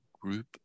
Group